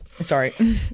sorry